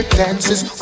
dances